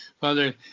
Father